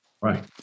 Right